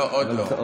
לא, עוד לא.